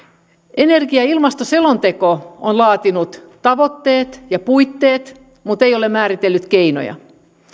energia ja ilmastoselonteossa on laadittu tavoitteet ja puitteet mutta ei ole määritelty keinoja